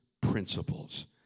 principles